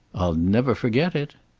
i'll never forget it.